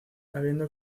habiendo